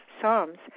Psalms